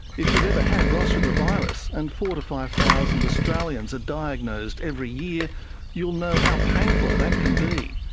if you've ever had ross river virus and four thousand to five thousand australians are diagnosed every year you'll know how painful that can be.